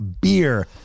Beer